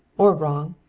or wrong.